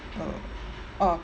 uh oh